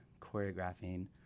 choreographing